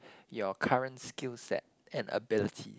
your current skill set and ability